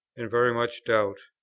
and very much doubt.